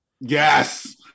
Yes